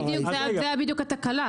זאת בדיוק התקלה.